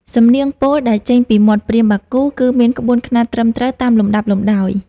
សំនៀងពោលដែលចេញពីមាត់ព្រាហ្មណ៍បាគូ គឺមានក្បួនខ្នាតត្រឹមត្រូវតាមលំដាប់លំដោយ។